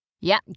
Yeah